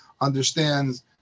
understands